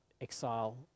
exile